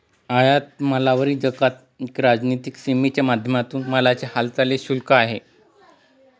आयात मालावरील जकात एक राजनीतिक सीमेच्या माध्यमातून मालाच्या हालचालींच शुल्क आहे